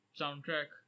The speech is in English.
soundtrack